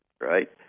right